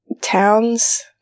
towns